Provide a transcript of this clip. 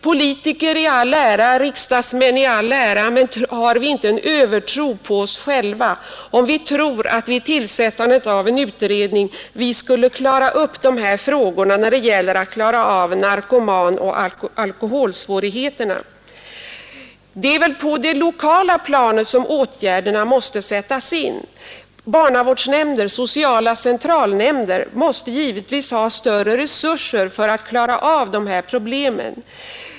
Politiker i all ära, riksdagsmän i all ära — men har vi inte en övertro på oss själva, om vi tror att vi genom tillsättandet av en utredning skulle klara narkotikaoch alkoholsvårigheterna? Det är väl på det lokala planet som åtgärderna måste sättas in. Barnavårdsnämnder och sociala centralnämnder måste givetvis ha större resurser för att kunna lösa problemen.